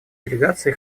делегации